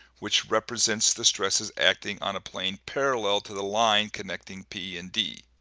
which represents the stresses acting on a plane parallel to the line connecting p and d